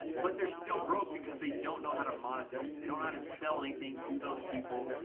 but they're still broke because they don't know how to monetize it they don't know how to sell anything to those people.